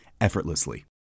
effortlessly